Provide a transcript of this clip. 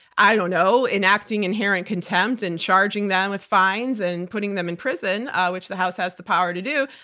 i don't know, enacting inherent contempt and charging them with fines and putting them in prison, which the house has the power to do.